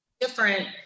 different